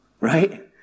right